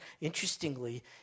Interestingly